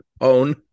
own